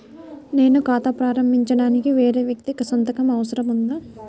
నేను ఖాతా ప్రారంభించటానికి వేరే వ్యక్తి సంతకం అవసరం ఉందా?